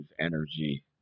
energy